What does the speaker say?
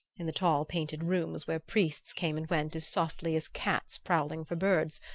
in the tall painted rooms where priests came and went as softly as cats prowling for birds,